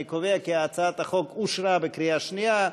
אני קובע כי הצעת החוק התקבלה בקריאה שנייה.